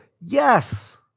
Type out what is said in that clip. Yes